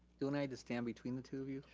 do and i need to stand between the two of you?